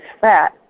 fat